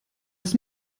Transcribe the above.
das